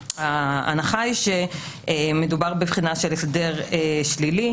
ההנחה היא שמדובר בבחינה של הסדר שלילי.